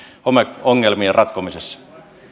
homeongelmien ratkomisessa